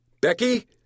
Becky